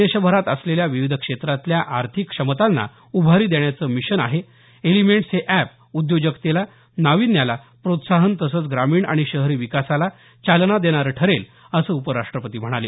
देशभरात असलेल्या विविध क्षेत्रातल्या आर्थिक क्षमतांना उभारी देण्याचं मिशन आहे एलिमेंट्स हे एप उद्योजकतेला नावीन्याला प्रोत्साहन तसंच ग्रामीण आणि शहरी विकासाला चालना देणारं ठरेल असं उपराष्ट्रपती म्हणाले